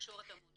בתקשורת המונים